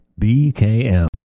BKM